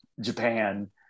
Japan